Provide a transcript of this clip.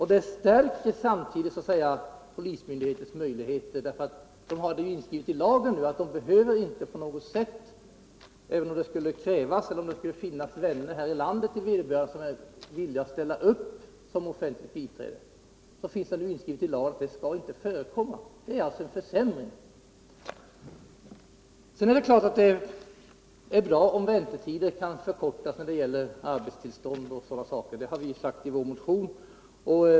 Det stärker samtidigt polismyndighetens möjligheter därför att det skrivs in i lagen att offentligt biträde inte skall förekomma. Även om utlänningen har vänner som är villiga att ställa upp som offentligt biträde kommer detta inte att tillåtas. Det är bra om väntetiderna för arbetstillstånd kan förkortas — det har vi också framhållit i vår motion.